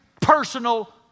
personal